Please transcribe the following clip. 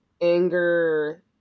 anger